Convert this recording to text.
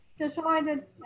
decided